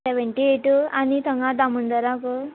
seventy eight आनी थंगा दामोंदराक